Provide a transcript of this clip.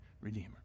redeemer